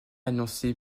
annoncé